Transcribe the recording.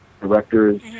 directors